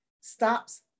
stops